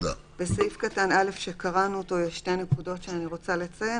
בסעיף קטן (א) שקראנו יש שתי נקודות שאני רוצה לציין.